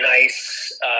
nice